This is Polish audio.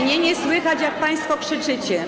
Mnie nie słychać, jak państwo krzyczycie.